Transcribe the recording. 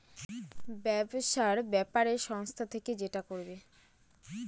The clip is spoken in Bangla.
ব্যবসার ব্যাপারে সংস্থা থেকে যেটা করবে